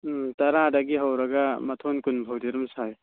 ꯎꯝ ꯇꯔꯥꯗꯒꯤ ꯍꯧꯔꯒ ꯃꯊꯣꯟ ꯀꯨꯟꯐꯥꯎꯗꯤ ꯑꯗꯨꯝ ꯁꯥꯏ